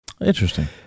Interesting